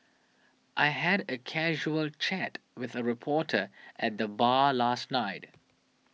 I had a casual chat with a reporter at the bar last night